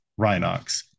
Rhinox